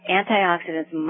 antioxidants